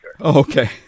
okay